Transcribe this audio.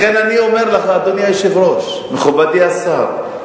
לכן אני אומר לך, אדוני היושב-ראש, מכובדי השר,